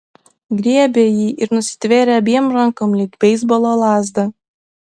griebė jį ir nusitvėrė abiem rankom lyg beisbolo lazdą